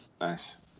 Nice